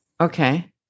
Okay